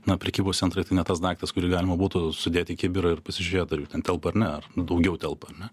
na prekybos centrai tai ne tas daiktas kurį galima būtų sudėt į kibirą ir pasižiūrėt ar jų ten telpa ar ne ar nu daugiau telpa ar ne